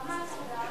למה את צרודה?